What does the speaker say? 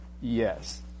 Yes